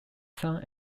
son